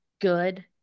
good